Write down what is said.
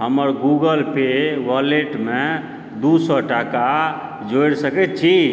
हमर Google Pay wallet मे दू सए टाका जोड़ि सकैत छी